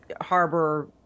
harbor